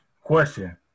question